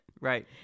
Right